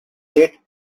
late